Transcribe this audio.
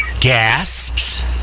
gasps